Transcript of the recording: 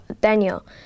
Daniel